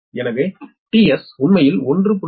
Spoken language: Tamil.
எனவே tS உண்மையில் 1